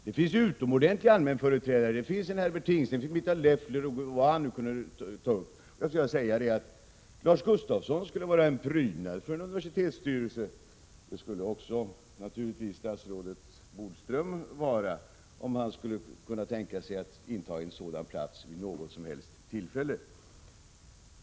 Det har funnits utomordentliga allmänföreträdare; här kan nämnas Herbert Tingsten, Gösta Mittag-Leffler m.fl. Lars Gustafsson skulle vara en prydnad för en universitetsstyrelse, och det skulle naturligtvis också statsrådet Bodström vara, om han skulle kunna tänka sig att inta en sådan plats vid något tillfälle.